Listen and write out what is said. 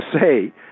say